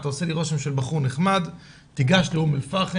אתה עושה עלי רושם של בחור נחמד,